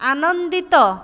ଆନନ୍ଦିତ